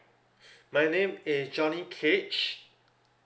my name is johnny cage